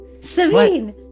Sabine